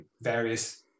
various